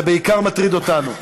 זה בעיקר מטריד אותנו.